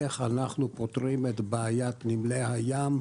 איך אנו פותרים את בעיית נמלי הים,